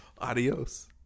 Adios